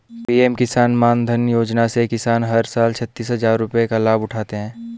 PM किसान मानधन योजना से किसान हर साल छतीस हजार रुपये का लाभ उठाते है